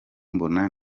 mbona